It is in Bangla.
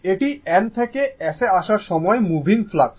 এটি N থেকে S এ আসার সময় মুভিং ফ্লাক্স